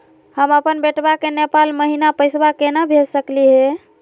हम अपन बेटवा के नेपाल महिना पैसवा केना भेज सकली हे?